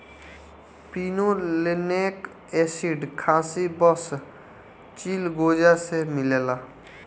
pinolenic acid खासी बस चिलगोजा से मिलेला